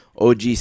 OG